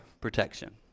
protection